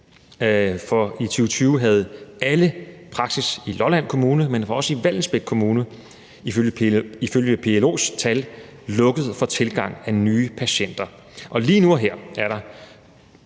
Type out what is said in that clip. For i 2020 havde alle praksisser i Lolland Kommune, men også i Vallensbæk Kommune, ifølge PLO's tal lukket for tilgang af nye patienter. Og lige nu og her er der